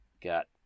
Got